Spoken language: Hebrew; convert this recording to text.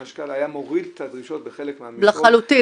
החשכ"ל היה מוריד את הדרישות בחלק מה --- לחלוטין.